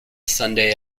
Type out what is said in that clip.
sunday